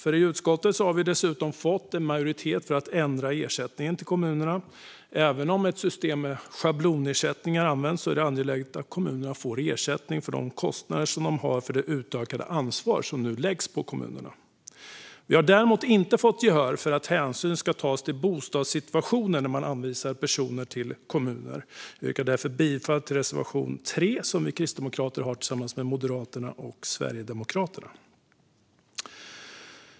I utskottet har vi dessutom fått majoritet för att ändra ersättningen till kommunerna. Även om ett system med schablonersättningar används är det angeläget att kommunerna får ersättning för de kostnader man har för det utökade ansvar som nu läggs på kommunerna. Vi har däremot inte fått gehör för att hänsyn ska tas till bostadssituationen när man anvisar personer till kommuner. Jag yrkar därför bifall till reservation 3, som vi kristdemokrater har tillsammans med Moderaterna och Sverigedemokraterna.